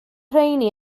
rheiny